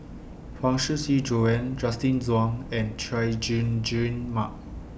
Huang Shiqi Joan Justin Zhuang and Chay Jung Jun Mark